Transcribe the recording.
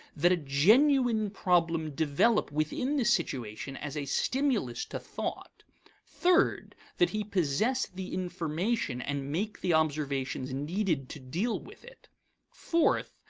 that a genuine problem develop within this situation as a stimulus to thought third, that he possess the information and make the observations needed to deal with it fourth,